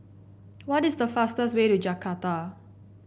what is the fastest way to Jakarta